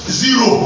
zero